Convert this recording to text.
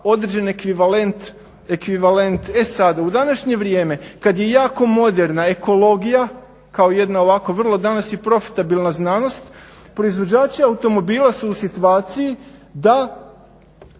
određen ekvivalent. E sad u današnje vrijeme kad je jako moderna ekologija kao jedna ovako vrlo danas je profitabilna znanost, proizvođači automobila su u situaciji da